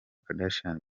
kardashian